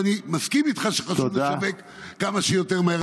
ואני מסכים איתך שחשוב לשווק כמה שיותר מהר.